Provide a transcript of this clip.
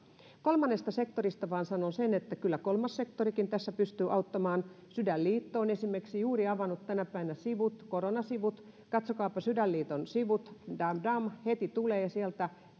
kolmannesta sektorista sanon vain sen että kyllä kolmas sektorikin tässä pystyy auttamaan sydänliitto on esimerkiksi juuri avannut tänä päivänä koronasivut katsokaapa sydänliiton sivut dam dam heti tulee sieltä